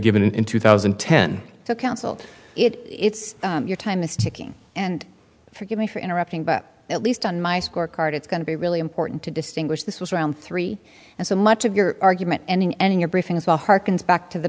given in two thousand and ten to counsel it's your time is ticking and forgive me for interrupting but at least on my scorecard it's going to be really important to distinguish this was around three and so much of your argument ending ending your briefing as well harkens back to the